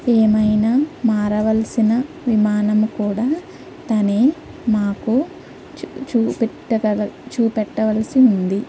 ఏమైనా మారవలసిన విమానం కూడా తనే మాకు చూ చూపెట్టగల చూపెట్టవలసి ఉంది